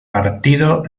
partido